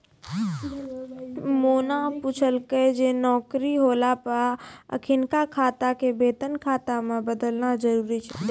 मोना पुछलकै जे नौकरी होला पे अखिनका खाता के वेतन खाता मे बदलना जरुरी छै?